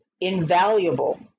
invaluable